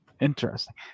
Interesting